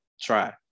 try